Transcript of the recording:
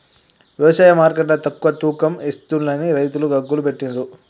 వ్యవసాయ మార్కెట్ల తక్కువ తూకం ఎస్తుంలని రైతులు గగ్గోలు పెట్టిన్లు